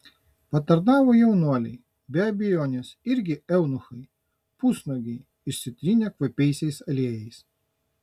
patarnavo jaunuoliai be abejonės irgi eunuchai pusnuogiai išsitrynę kvapiaisiais aliejais